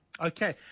Okay